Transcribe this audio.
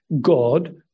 God